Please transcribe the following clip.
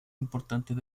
importantes